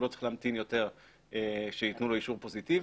הוא לא צריך להמתין יותר שייתנו לו אישור פוזיטיבי